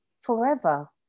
forever